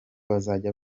bazajya